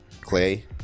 Clay